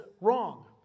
wrong